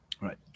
right